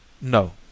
No